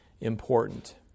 important